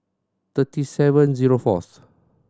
thirty seven zero fourth